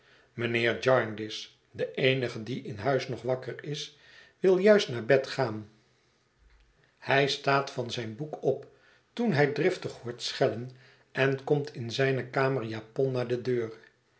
mijnheer jarndyce de eenige die in huis nog wakker is wil juist naar bed gaan hij staat van zijn boek op toen hij driftig hoort schellen en komt in zijne kamerjapon naar de deur